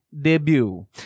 debut